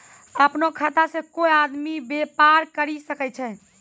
अपनो खाता से कोय आदमी बेपार करि सकै छै